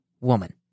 woman